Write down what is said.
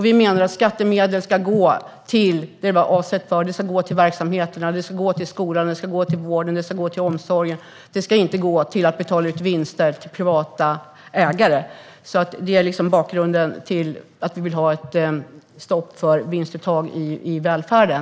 Vi menar att skattemedel ska gå till det de är avsedda för, till verksamheter såsom skolan, vården och omsorgen. De ska inte gå till att betala ut vinster till privata ägare. Detta är bakgrunden till att vi vill ha ett stopp för vinstuttag i välfärden.